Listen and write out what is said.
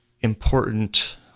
important